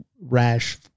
rash